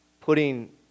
putting